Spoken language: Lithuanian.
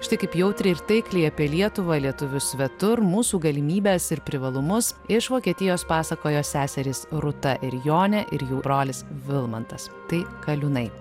štai kaip jautriai ir taikliai apie lietuvą lietuvius svetur mūsų galimybes ir privalumus iš vokietijos pasakojo seserys rūta ir jonė ir jų brolis vilmantas tai kaliūnai